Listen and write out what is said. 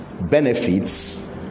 benefits